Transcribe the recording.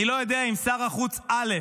אני לא יודע אם שר החוץ א'